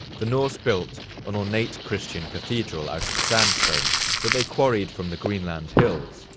the norse built an ornate christian cathedral out of sandstone that they quarried from the greenland hills,